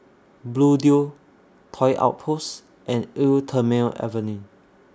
Bluedio Toy Outpost and Eau Thermale Avenue